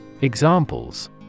Examples